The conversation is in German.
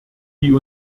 die